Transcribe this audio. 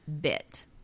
bit